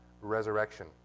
resurrection